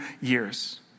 years